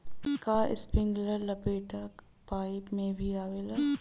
का इस्प्रिंकलर लपेटा पाइप में भी आवेला?